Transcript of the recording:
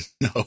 no